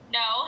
no